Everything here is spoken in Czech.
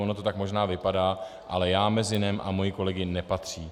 Ono to tak možná vypadá, ale já mezi ně a moji kolegové nepatřím.